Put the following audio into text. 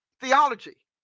theology